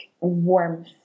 warmth